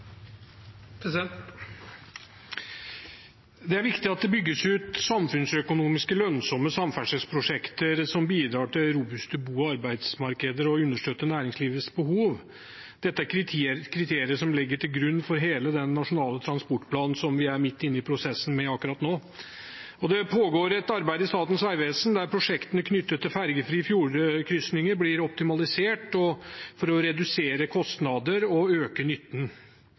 arbeidsmarkeder og understøtter næringslivets behov. Dette er kriterier som ligger til grunn for hele den nasjonale transportplanen som vi er midt inne i prosessen med akkurat nå. Det pågår et arbeid i Statens vegvesen der prosjektene knyttet til fergefrie fjordkrysninger blir optimalisert for å redusere kostnader og øke nytten.